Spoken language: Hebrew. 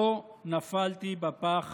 לא נפלתי בפח